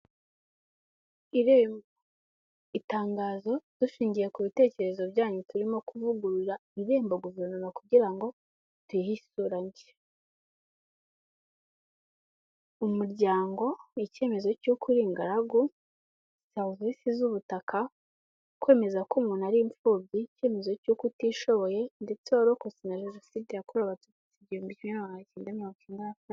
Irembo, itangazo dushingiye ku bitekerezo byanyu turimo kuvugurura irembo guverinoma kugira ngo tuyihe isura nshya. Umuryango icyemezo cy'uko uri ingaragu, serivisi z'ubutaka, kwemeza ko umuntu ari imfubyi, icyemezo cy'uko utishoboye ndetse warokotse na jenoside yakorewe abatutsi igihumbi kimwe magana cyenda na miringo icyenda na kane.